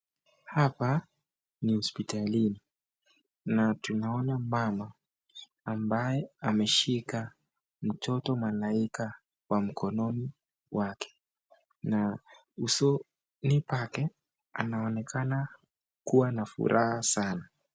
Hapa ni hospitalini na tunaona mama ambaye ameshika mtoto malaika kwa mkononi mwake na usoni pake anaonekana kuwa na furaha sana.